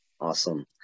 Awesome